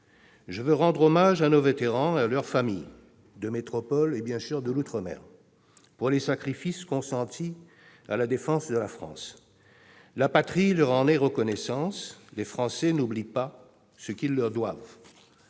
Je veux rendre hommage à nos vétérans et à leurs familles de métropole et d'outre-mer pour les sacrifices consentis à la défense de la France. La patrie leur en est reconnaissante. Les Français n'oublient pas ce qu'ils leur doivent.